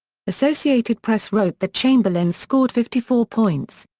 associated press wrote that chamberlain scored fifty four points.